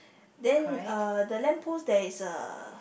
then uh the lamp post there is a